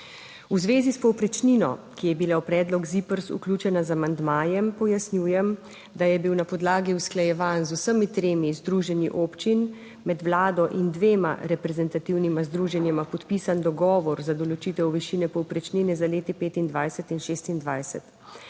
V zvezi s povprečnino, ki je bila v predlog ZIPRS vključena z amandmajem, pojasnjujem, da je bil na podlagi usklajevanj z vsemi tremi združenji občin, med Vlado in dvema reprezentativnima združenjema podpisan dogovor za določitev višine povprečnine za leti 2025 in 2026.